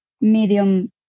medium